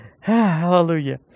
Hallelujah